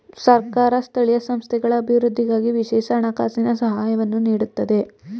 ಸರ್ಕಾರ ಸ್ಥಳೀಯ ಸಂಸ್ಥೆಗಳ ಅಭಿವೃದ್ಧಿಗಾಗಿ ವಿಶೇಷ ಹಣಕಾಸಿನ ಸಹಾಯವನ್ನು ನೀಡುತ್ತದೆ